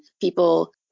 people